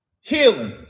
healing